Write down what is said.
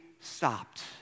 stopped